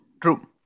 True